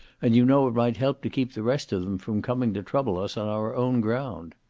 and you know it might help to keep the rest of them from coming to trouble us on our own ground.